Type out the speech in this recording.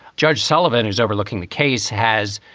judge sullivan, who's overlooking the case, has,